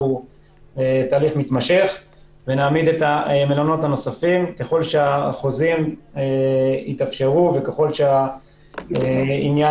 ואנחנו נעמיד אותם ככל שהחוזים יתאפשרו וככל שהעניין